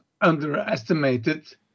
underestimated